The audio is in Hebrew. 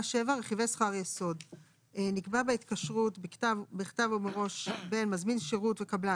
רכיבי שכר יסוד 7. נקבע בהתקשרות בכתב ומראש בין מזמין שירות וקבלן